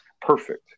perfect